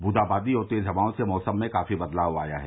वूंदाबांदी और तेज़ हवाओं से मौसम में काफी बदलाव आया है